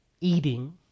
eating